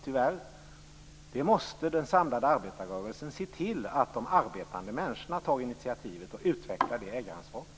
Vi anser att där måste den samlade arbetarrörelsen se till att de arbetande människorna tar initiativet och utvecklar ägaransvaret.